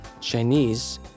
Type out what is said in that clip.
Chinese